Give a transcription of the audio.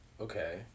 Okay